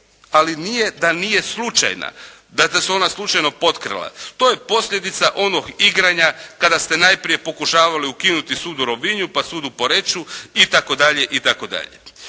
ali nije da nije slučajna, dakle da se ona slučajno potkrala. To je posljedica onog igranja kada ste najprije pokušavali ukinuti sud u Rovinju, pa sud u Poreču itd. Ja